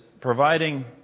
providing